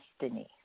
destiny